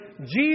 Jesus